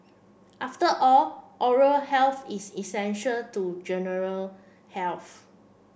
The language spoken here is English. after all oral health is essential to general health